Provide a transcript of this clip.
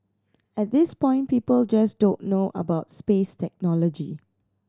at this point people just don't know about space technology